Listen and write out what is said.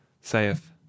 saith